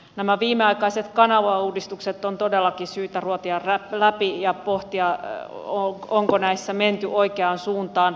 nämä viimeaikaiset kanavauudistukset on todellakin syytä ruotia läpi ja pohtia onko näissä menty oikeaan suuntaan